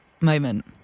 moment